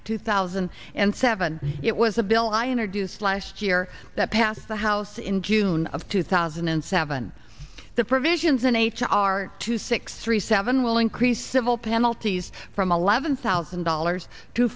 of two thousand and seven it was a bill i introduced last year that passed the house in june of two thousand and seven the provisions in h r two six three seven will increase civil penalties from eleven thousand dollars to